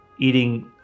eating